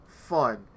fun